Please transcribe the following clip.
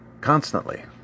constantly